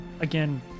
again